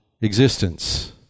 existence